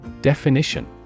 Definition